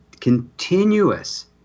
continuous